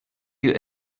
you